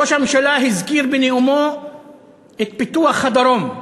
ראש הממשלה הזכיר בנאומו את פיתוח הדרום: